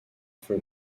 for